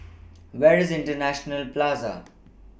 Where IS International Plaza